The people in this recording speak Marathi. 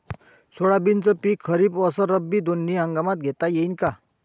सोयाबीनचं पिक खरीप अस रब्बी दोनी हंगामात घेता येईन का?